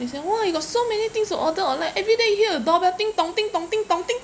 he say !wah! you got so many things to order online everyday hear door bell ding dong ding dong ding dong ding